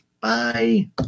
bye